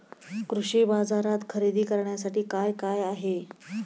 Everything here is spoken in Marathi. कृषी बाजारात खरेदी करण्यासाठी काय काय आहे?